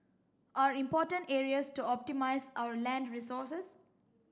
are important areas to optimise our land resources